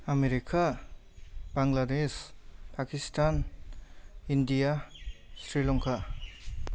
America Bangladesh Pakistan India Sri Lanka